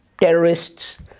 terrorists